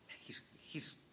He's—he's